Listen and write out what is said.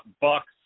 Bucks